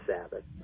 Sabbath